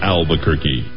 Albuquerque